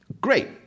Great